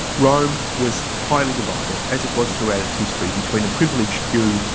rome was highly divided as it was throughout its history between a privileged few,